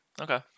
okay